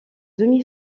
demi